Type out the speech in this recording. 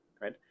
right